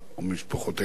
ממשפחותיהם.